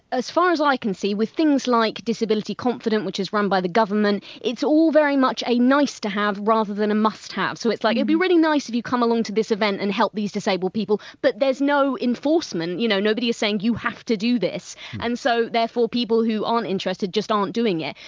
as far as i can see, with things like disability confident, which is run by the government, it's all very much a nice to have rather than a must have. so, it's like it be really nice if you come along to this event and help these disabled people but there's no enforcement, you know nobody is saying you have to do this and so, therefore, people who aren't interested just aren't doing it.